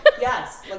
yes